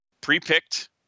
pre-picked